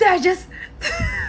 then I just